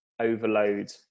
overload